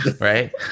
right